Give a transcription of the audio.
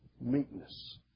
Meekness